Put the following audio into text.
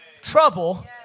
trouble